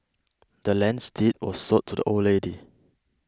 the land's deed was sold to the old lady